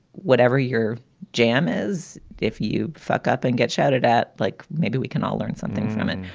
whatever your jam is, if you fuck up and get shouted at. like maybe we can all learn something from it.